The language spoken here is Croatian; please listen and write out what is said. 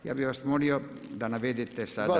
Ja bi vas molio da navedete sada…